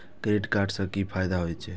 Credit card से कि फायदा होय छे?